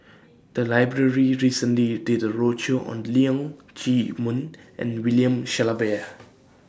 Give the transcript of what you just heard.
The Library recently did A roadshow on Leong Chee Mun and William Shellabear